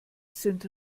sind